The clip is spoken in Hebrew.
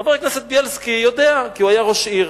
חבר הכנסת בילסקי יודע, כי הוא היה ראש עיר,